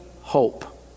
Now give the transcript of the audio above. hope